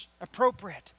appropriate